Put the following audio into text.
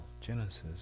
Genesis